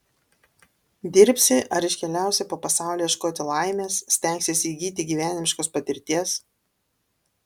dirbsi ar iškeliausi po pasaulį ieškoti laimės stengsiesi įgyti gyvenimiškos patirties